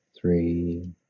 Three